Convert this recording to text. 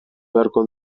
beharko